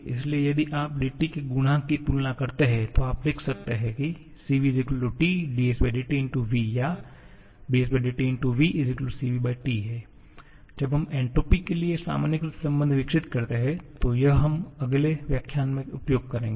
इसलिए यदि आप dT के गुणांक की तुलना करते हैं तो आप लिख सकते हैं Cv T s𝑇v या s𝑇v CvT जब हम एन्ट्रापी के लिए सामान्यीकृत संबंध विकसित करते हैं तो यह हम अगले व्याख्यान में उपयोग करेंगे